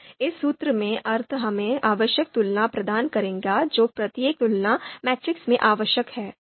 तो इस सूत्र में अर्थ हमें आवश्यक तुलना प्रदान करेगा जो प्रत्येक तुलना मैट्रिक्स में आवश्यक हैं